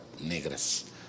negras